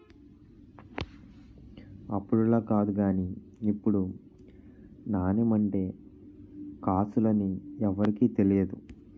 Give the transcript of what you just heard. అప్పుడులా కాదు గానీ ఇప్పుడు నాణెం అంటే కాసులు అని ఎవరికీ తెలియదు